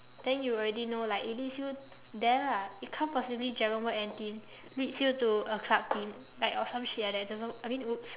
then you already know like it leads you there lah it can't possibly dragon boat N team leads you to a club team like or some shit like that doesn't I mean !oops!